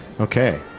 Okay